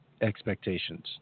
expectations